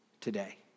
today